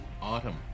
Autumn